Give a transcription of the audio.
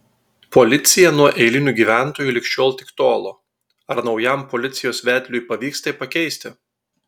policija nuo eilinių gyventojų lig šiol tik tolo ar naujam policijos vedliui pavyks tai pakeisti